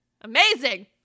Amazing